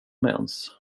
mens